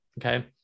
okay